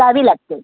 द्यावी लागते